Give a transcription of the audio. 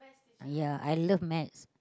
ya I love maths